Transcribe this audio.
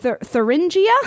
Thuringia